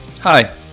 Hi